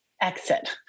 exit